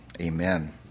Amen